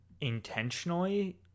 intentionally